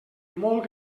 molt